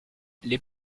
les